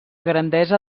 grandesa